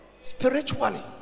spiritually